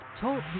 Talk